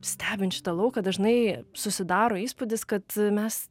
stebint šitą lauką dažnai susidaro įspūdis kad mes